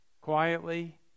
quietly